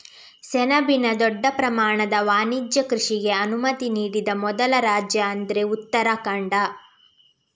ಸೆಣಬಿನ ದೊಡ್ಡ ಪ್ರಮಾಣದ ವಾಣಿಜ್ಯ ಕೃಷಿಗೆ ಅನುಮತಿ ನೀಡಿದ ಮೊದಲ ರಾಜ್ಯ ಅಂದ್ರೆ ಉತ್ತರಾಖಂಡ